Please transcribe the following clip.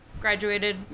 graduated